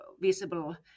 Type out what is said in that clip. visible